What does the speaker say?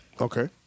Okay